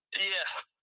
Yes